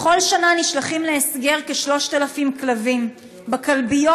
בכל שנה נשלחים להסגר כ-3,000 כלבים בכלביות